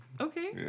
Okay